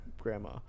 grandma